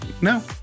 no